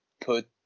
put